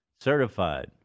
Certified